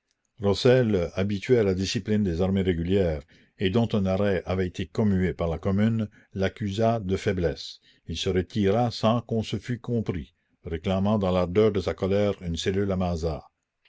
rossel habitué à la discipline des armées régulières et dont un arrêt avait été commué par la commune l'accusa de faiblesse il se retira sans qu'on se fût compris réclamant dans l'ardeur de sa colère une cellule à mazas